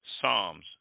Psalms